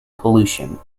pollution